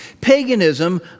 Paganism